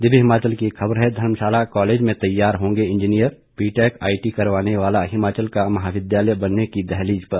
दिव्य हिमाचल की एक ख़बर है धर्मशाला कॉलेज में तैयार होंगे इंजीनियर बीटेक आईटी करवाने वाला हिमाचल का महाविद्यालय बनने की दहलीज पर